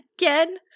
Again